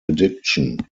addiction